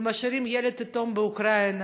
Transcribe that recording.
ומשאירים ילד יתום באוקראינה,